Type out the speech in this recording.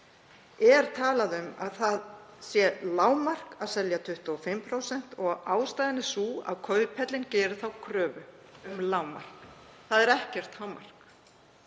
er talað um að það sé lágmark að selja 25% og ástæðan er sú að Kauphöllin gerir þá kröfu um lágmark. Það er ekkert hámark.